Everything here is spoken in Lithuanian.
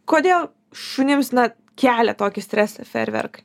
kodėl šunims na kelia tokį stresą fejerverkai